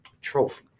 trophy